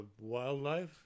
wildlife